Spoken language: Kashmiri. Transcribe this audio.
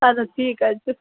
اَدٕ حظ ٹھیٖک حظ چھُ